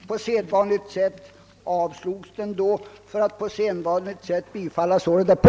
På sedvanligt sätt avslogs den för att på sedvanligt sätt bifallas året därpå.